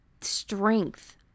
strength